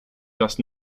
das